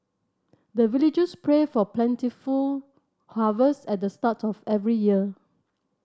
the villagers pray for plentiful harvest at the start of every year